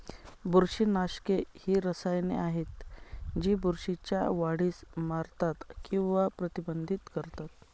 बुरशीनाशके ही रसायने आहेत जी बुरशीच्या वाढीस मारतात किंवा प्रतिबंधित करतात